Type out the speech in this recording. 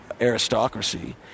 aristocracy